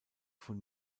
von